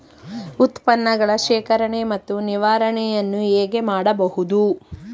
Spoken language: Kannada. ಉತ್ಪನ್ನಗಳ ಶೇಖರಣೆ ಮತ್ತು ನಿವಾರಣೆಯನ್ನು ಹೇಗೆ ಮಾಡಬಹುದು?